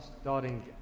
starting